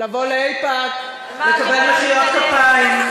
לבוא לאיפא"ק, לקבל מחיאות כפיים.